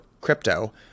crypto